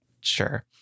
sure